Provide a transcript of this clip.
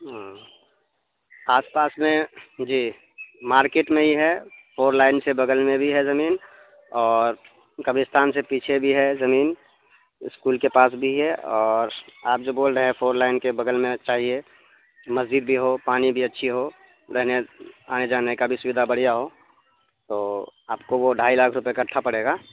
آس پاس میں جی مارکیٹ میں ہی ہے فور لائن سے بگل میں بھی ہے زمین اور کبستان سے پیچھے بھی ہے زمین اسکول کے پاس بھی ہے اور آپ جو بول رہے ہیں فور لائن کے بگل میں چاہیے مسجید بھی ہو پانی بھی اچھی ہو رہنے آنے جانے کا بھی سویدھا بڑھ ہو تو آپ کو وہ ڈھائی لاکھ روپے کٹھا پڑے گا